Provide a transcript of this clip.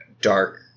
dark